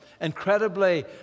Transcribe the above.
Incredibly